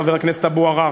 חבר הכנסת אבו עראר,